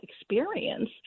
experience